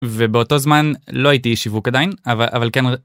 ובאותו זמן לא הייתי איש שיווק עדיין אבל אבל כן.